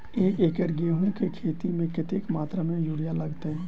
एक एकड़ गेंहूँ केँ खेती मे कतेक मात्रा मे यूरिया लागतै?